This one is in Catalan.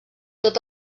tot